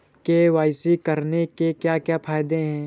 KYC करने के क्या क्या फायदे हैं?